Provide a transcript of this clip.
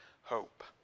hope